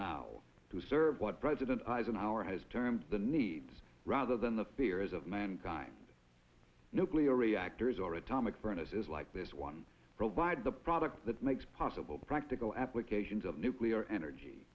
now to serve what president eisenhower has termed the needs rather than the fears of mankind nuclear reactors or atomic furnace is like this one provide the product that makes possible practical applications of nuclear energy